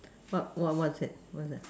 what what what's that what's that